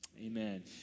Amen